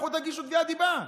לכו תגישו תביעת דיבה,